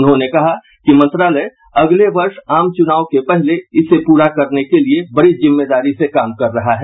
उन्होंने कहा कि मंत्रालय अगले वर्ष आम चुनाव के पहले इसे पूरा करने के लिए बड़ी जिम्मेदारी से काम कर रहा है